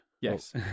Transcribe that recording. Yes